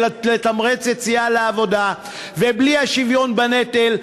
לתמרץ יציאה לעבודה ובלי השוויון בנטל,